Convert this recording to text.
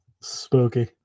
spooky